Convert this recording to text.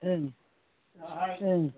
ओं ओं